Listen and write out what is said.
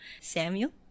Samuel